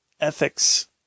ethics